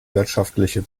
wirtschaftliche